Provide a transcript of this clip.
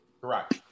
Correct